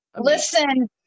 Listen